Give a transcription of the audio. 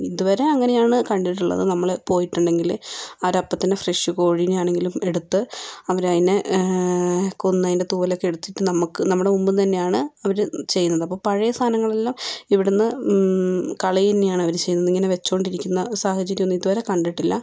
ഇതുവരെ അങ്ങനെയാണ് കണ്ടിട്ടുള്ളത് നമ്മൾ പോയിട്ടുണ്ടെങ്കിൽ അവർ അപ്പം തന്നെ ഫ്രഷ് കോഴീനെ ആണെങ്കിലും എടുത്ത് അവരതിനെ കൊന്ന് അതിന്റെ തോലൊക്കെ എടുത്തിട്ട് നമുക്ക് നമ്മുടെ മുമ്പിൽ നിന്ന് തന്നെയാണ് അവർ ചെയ്യുന്നത് അപ്പോൾ പഴയ സാധനങ്ങളെല്ലാം ഇവിടുന്ന് കളയുക തന്നെയാണ് അവർ ചെയ്യുന്നത് ഇങ്ങനെ വെച്ചുകൊണ്ടിരിക്കുന്ന സാഹചര്യം ഒന്നും ഇതുവരെ കണ്ടിട്ടില്ല